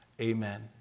Amen